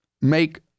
make